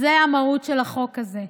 זאת המהות של החוק הזה,